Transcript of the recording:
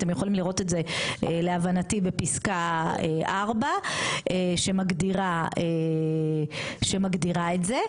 אתם יכולים לראות את זה להבנתי בפסקה 4 שמגדירה את זה,